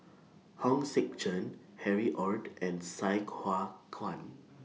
Hong Sek Chern Harry ORD and Sai Hua Kuan